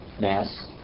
mass